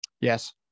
Yes